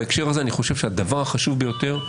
בהקשר הזה אני חושב שהדבר החשוב ביותר,